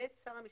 שר המשפטים,